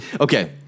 Okay